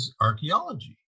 archaeology